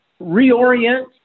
reorient